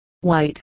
white